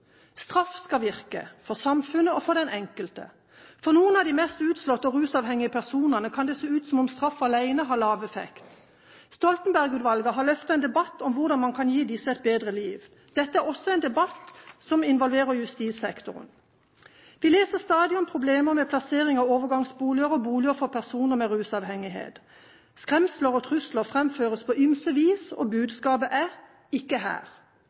Straff skal virke – for samfunnet og for den enkelte. For noen av de mest utslåtte og rusavhengige personene kan det se ut som om straff alene har lav effekt. Stoltenberg-utvalget har løftet en debatt om hvordan man kan gi disse et bedre liv. Dette er også en debatt som involverer justissektoren. Vi leser stadig om problemer med plassering av overgangsboliger og boliger for personer med rusavhengighet. Skremsler og trusler framføres på ymse vis, og budskapet er: Ikke her!